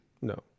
No